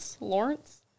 Lawrence